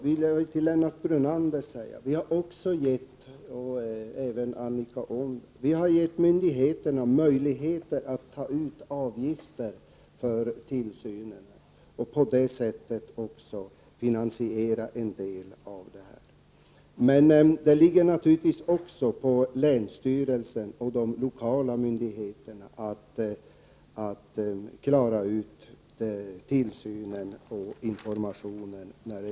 Till Lennart Brunander och Annika Åhnberg kan jag säga att vi har gett myndigheterna möjlighet att ta ut avgift för att på det sättet delvis finansiera tillsynen och informationen. Det ligger naturligtvis på länsstyrelserna och de lokala myndigheterna att klara ut tillsynen och informationen.